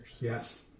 Yes